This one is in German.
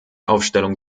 aufstellung